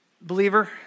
believer